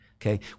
Okay